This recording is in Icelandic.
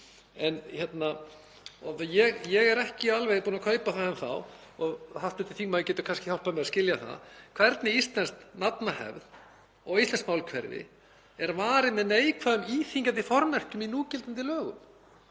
það bara. Ég er ekki alveg búinn að kaupa það enn þá, hv. þingmaður getur kannski hjálpað mér að skilja það, hvernig íslensk nafnahefð og íslenskt málkerfi er varið með neikvæðum íþyngjandi formerkjum í núgildandi lögum.